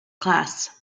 class